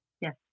Yes